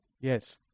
Yes